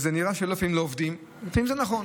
נראה שלפעמים לא עובדים, ולפעמים זה נכון.